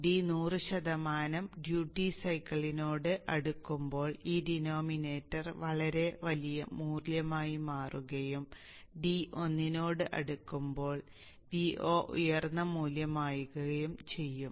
d നൂറ് ശതമാനം duty സൈക്കിളിനോട് അടുക്കുമ്പോൾ ഈ ഡിനോമിനേറ്റർ വളരെ വലിയ മൂല്യമായി മാറുകയും d 1 നോട് അടുക്കുമ്പോൾ Vo ഉയർന്ന മൂല്യമായി മാറുകയും ചെയ്യുന്നു